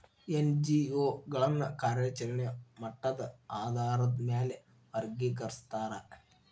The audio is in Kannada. ಎನ್.ಜಿ.ಒ ಗಳನ್ನ ಕಾರ್ಯಚರೆಣೆಯ ಮಟ್ಟದ ಆಧಾರಾದ್ ಮ್ಯಾಲೆ ವರ್ಗಿಕರಸ್ತಾರ